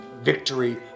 victory